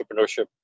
entrepreneurship